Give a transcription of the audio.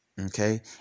okay